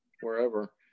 wherever